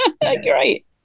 great